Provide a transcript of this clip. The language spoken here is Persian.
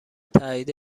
تایید